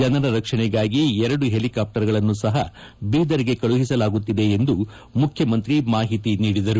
ಜನರ ರಕ್ಷಣೆಗಾಗಿ ಎರಡು ಹೆಲಿಕಾಪ್ಸರ್ಗಳನ್ನು ಸಹ ಬೀದರ್ಗೆ ಕಳುಹಿಸಲಾಗುತ್ತಿದೆ ಎಂದು ಮುಖ್ಯಮಂತ್ರಿ ಮಾಹಿತಿ ನೀಡಿದರು